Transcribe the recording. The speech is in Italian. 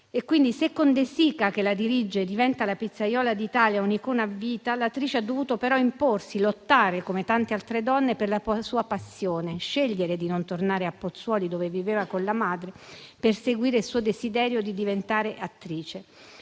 a sé"». Se con De Sica che la dirige diventa la pizzaiola d'Italia, un'icona a vita, l'attrice ha dovuto però imporsi, lottare come tante altre donne per la sua passione, scegliere di non tornare a Pozzuoli, dove viveva con la madre, per seguire il suo desiderio di diventare attrice.